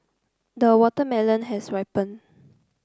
the watermelon has ripened